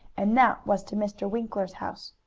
and that was to mr. winkler's house,